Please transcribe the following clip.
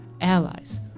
allies